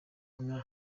mwa